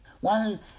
one